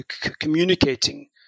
communicating